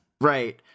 Right